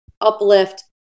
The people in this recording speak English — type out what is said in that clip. uplift